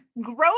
growing